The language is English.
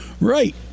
Right